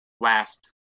last